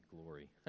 glory